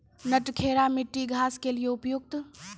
नटखेरा मिट्टी घास के लिए उपयुक्त?